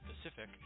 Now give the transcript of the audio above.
specific